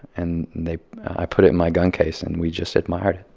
and they i put it in my gun case. and we just hit my heart